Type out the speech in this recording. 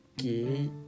okay